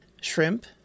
shrimp